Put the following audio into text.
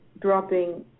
dropping